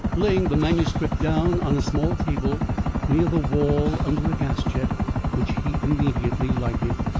laying the manuscript down on a small table near the wall under a gas-jet which he immediately lighted.